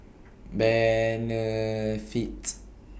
Benefit